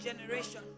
generation